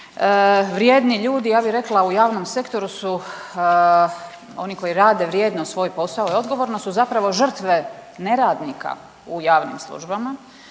Vrijedni ljudi ja bih rekla u javnom sektoru su oni koji rade vrijedno svoj posao i odgovorno su zapravo žrtve neradnika u javnim službama.